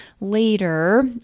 later